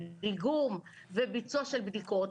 איגום וביצוע של בדיקות.